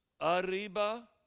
arriba